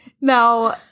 Now